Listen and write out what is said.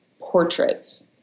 portraits